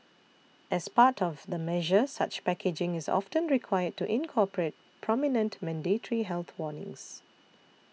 as part of the measure such packaging is often required to incorporate prominent mandatory health warnings